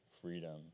freedom